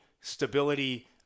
stability